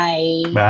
Bye